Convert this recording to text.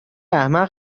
احمق